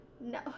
No